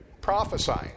Prophesying